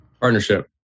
Partnership